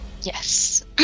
Yes